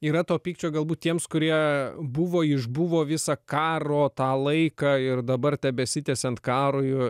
yra to pykčio galbūt tiems kurie buvo išbuvo visą karo tą laiką ir dabar tebesitęsiant karui